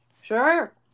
Sure